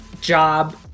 job